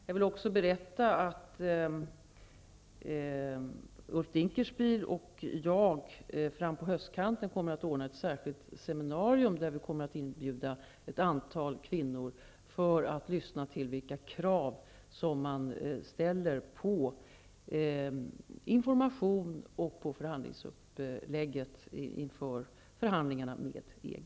Jag vill också berätta att Ulf Dinkelspiel och jag fram på höstkanten kommer att ordna ett särskilt seminarium där vi kommer att inbjuda ett antal kvinnor för att lyssna till vilka krav man ställer på information och på förhandlingsuppläggningen inför förhandlingarna med EG.